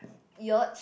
yacht